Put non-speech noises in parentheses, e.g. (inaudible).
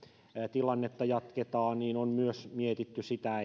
tilannetta jatketaan on myös mietitty sitä (unintelligible)